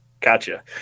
Gotcha